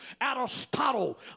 Aristotle